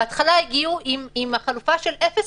בהתחלה הגיעו עם החלופה של אפס,